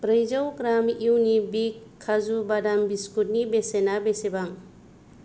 ब्रैजौ ग्राम युनिबिक काजु बादाम बिस्कुट नि बेसेना बेसेबां